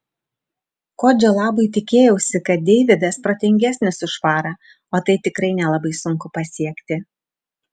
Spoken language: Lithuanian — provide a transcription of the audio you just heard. kodžio labui tikėjausi kad deividas protingesnis už farą o tai tikrai nelabai sunku pasiekti